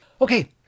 Okay